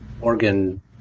organ